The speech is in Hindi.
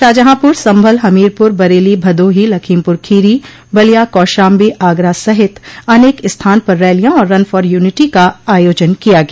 शाहजहांपुर संभल हमीरपुर बरेली भदोही लखीमपुर खीरी बलिया कौशाम्बी आगरा सहित अनेक स्थान पर रैलियां और रन फॉर यूनिटी का आयोजन किया गया